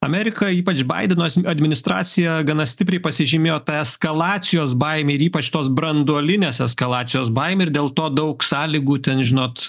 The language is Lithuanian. amerika ypač baidenas administracija gana stipriai pasižymėjo ta eskalacijos baime ir ypač tos branduolinės eskalacijos baimė ir dėl to daug sąlygų ten žinot